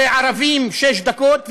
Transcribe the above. ערבים שש דקות,